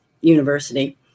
university